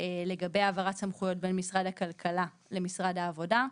לגבי העברת סמכויות בין משרד הכלכלה למשרד העבודה.